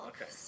okay